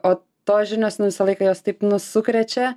o tos žinios nu visą laiką jos taip sukrečia